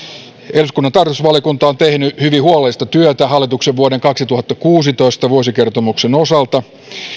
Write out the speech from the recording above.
eduskunnan tarkastusvaliokunta on tehnyt hyvin huolellista työtä hallituksen vuoden kaksituhattakuusitoista vuosikertomuksen osalta